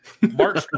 March